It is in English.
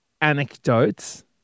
anecdotes